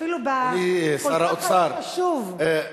כל כך חשוב.